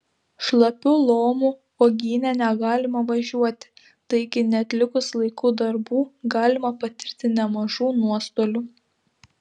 šlapių lomų uogyne negalima važiuoti taigi neatlikus laiku darbų galima patirti nemažų nuostolių